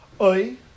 Oi